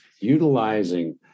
utilizing